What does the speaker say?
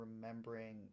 remembering